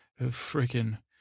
freaking